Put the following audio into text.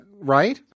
right